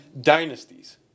dynasties